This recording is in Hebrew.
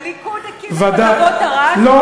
הליכוד הקים את "מגבות ערד" לא.